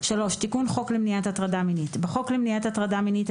תיקון חוק למניעת הטרדה מינית בחוק למניעת הטרדה מינית,